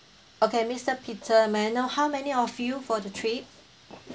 okay mister peter may I know how many of you for the trip